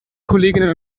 kolleginnen